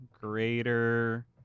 Greater